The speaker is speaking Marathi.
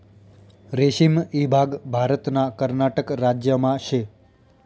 रेशीम ईभाग भारतना कर्नाटक राज्यमा शे